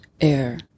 air